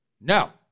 no